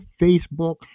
Facebook